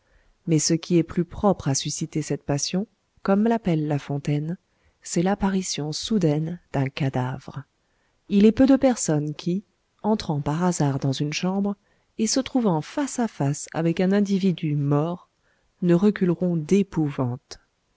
mais ce qui est plus propre à susciter cette passion comme l'appelle lafontaine c'est l'apparition soudaine d'un cadavre il est peu de personnes qui entrant par hasard dans une chambre et se trouvant face à face avec un individu mort ne reculeront d'épouvante